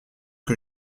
que